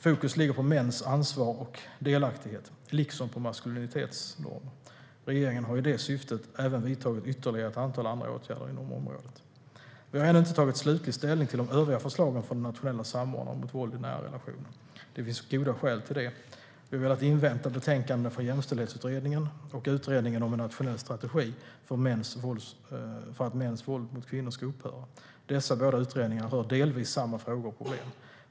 Fokus ligger på mäns ansvar och delaktighet, liksom på maskulinitetsnormer. Regeringen har i det syftet även vidtagit ytterligare ett antal andra åtgärder inom området. Vi har ännu inte tagit slutlig ställning till de övriga förslagen från den nationella samordnaren mot våld i nära relationer. Det finns goda skäl till det. Vi har velat invänta betänkandena från Jämställdhetsutredningen och utredningen om en nationell strategi för att mäns våld mot kvinnor ska upphöra . Dessa båda utredningar rör delvis samma frågor och problem.